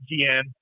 GM